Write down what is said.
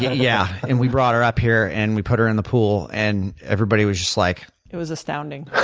yeah. and we brought her up here and we put her in the pool, and everybody was just like it was astounding.